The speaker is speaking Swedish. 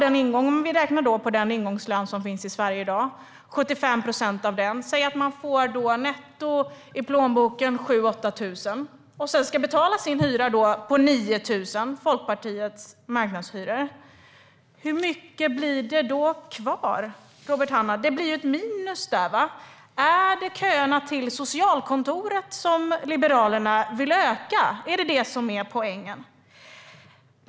Om vi räknar på 75 procent av ingångslönen i Sverige i dag blir det netto 7 000-8 000 kronor. Sedan ska man betala sin hyra på 9 000 kronor enligt Liberalernas marknadshyror. Hur mycket blir det då kvar, Robert Hannah? Det blir ju ett minus där. Är det köerna till socialkontoret som Liberalerna vill öka? Är det poängen?